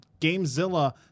Gamezilla